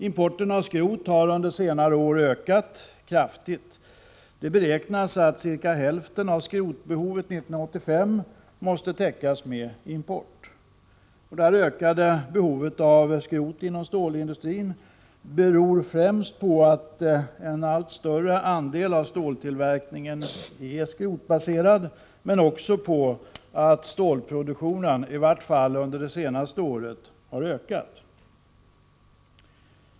Importen av skrot har under senare år ökat kraftigt. Man beräknar att cirka hälften av skrotbehovet 1985 måste täckas med import. Det ökade behovet av skrot inom stålindustrin beror främst på att en allt större andel av ståltillverkningen är skrotbaserad men också på att stålproduktionen, i varje fall under det senaste året, har ökat.